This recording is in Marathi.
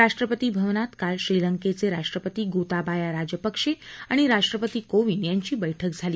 राष्ट्रपती भवनात काल श्रीलंकेचे राष्ट्रपती गोताबाया राजपक्षे आणि राष्ट्रपती कोविंद यांची बैठक झाली